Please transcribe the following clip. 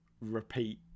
repeat